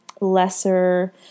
lesser